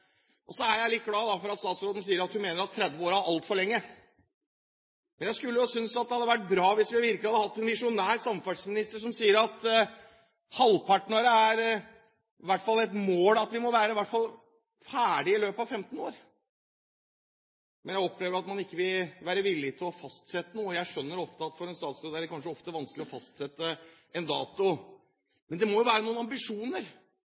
Så er jeg litt glad for at statsråden sier at hun mener at 30 år er altfor lenge. Jeg synes det hadde vært bra hvis vi virkelig hadde hatt en visjonær samferdselsminister som sier at det er et mål at vi må være ferdige i løpet av i hvert fall 15 år. Men jeg opplever at man ikke vil være villig til å fastsette noe. Jeg skjønner at for en statsråd kan det ofte være vanskelig å fastsette en dato – men det må jo være noen ambisjoner!